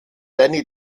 danny